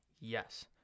yes